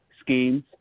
schemes